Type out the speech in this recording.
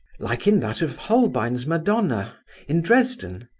like in that of holbein's madonna in dresden.